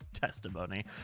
testimony